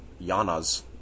yanas